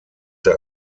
der